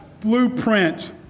blueprint